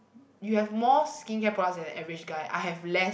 you have more skincare products than an average guy I have less